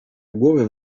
głowę